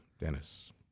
Dennis